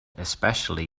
especially